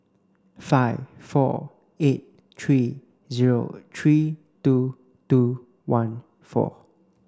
five four eight three zero three two two one four